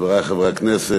חברי חברי הכנסת,